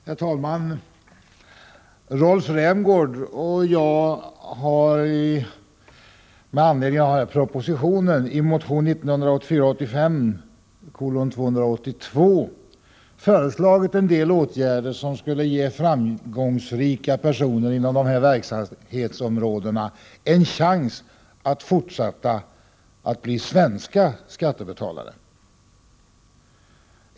Herr talman! Rolf Rämgård och jag har i motion 1984/85:282 med anledning av propositionen föreslagit en del åtgärder som skulle ge framgångsrika personer inom de nu diskuterade verksamhetsområdena en chans att fortsätta att förbli svenska skattebetalare.